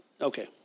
okay